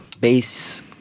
base